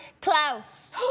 Klaus